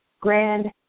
grand